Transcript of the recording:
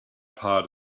part